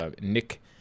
Nick